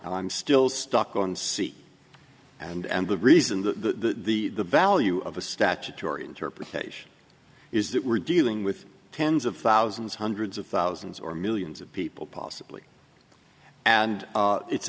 i'm still stuck on c and the reason the the value of a statutory interpretation is that we're dealing with tens of thousands hundreds of thousands or millions of people possibly and it's